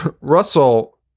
Russell